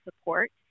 support